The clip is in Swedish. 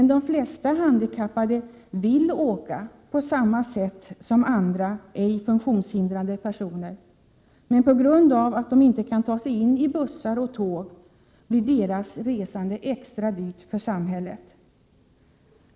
De flesta handikappade vill åka på samma sätt som andra, ej funktionshindrade personer. På grund av att de inte kan ta sig in i bussar eller tåg, blir emellertid deras resande extra dyrt för samhället.